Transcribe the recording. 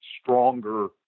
stronger